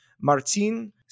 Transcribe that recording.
Martin